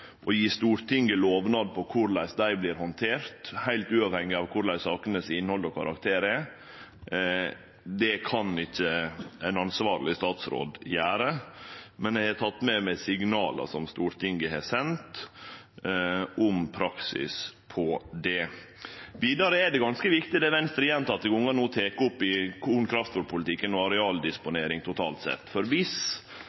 Å gje Stortinget lovnad om korleis dei vert handterte, heilt uavhengig av korleis innhaldet i og karakteren til sakene er, kan ikkje ein ansvarleg statsråd gjere, men eg har teke med meg signala som Stortinget har sendt om praksis for det. Vidare er det ganske viktig det Venstre gjentekne gonger no tek opp i korn- og kraftfôrpolitikken og